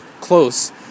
close